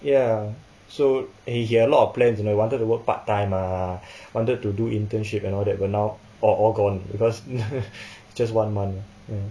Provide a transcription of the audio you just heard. ya so and he he had a lot of plans you know he wanted to work part time ah wanted to do internship and all that but now orh all gone because just one month ah ya